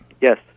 Yes